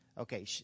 Okay